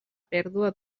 pèrdua